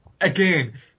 Again